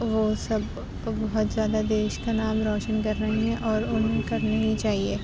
وہ سب بہت زیادہ دیش کا نام روشن کر رہے ہیں اور اُنہیں کرنے ہی چاہیے